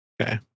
okay